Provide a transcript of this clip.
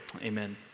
Amen